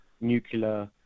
nuclear